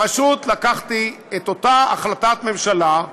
פשוט לקחתי את אותה החלטת ממשלה,